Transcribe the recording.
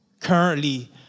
currently